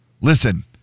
listen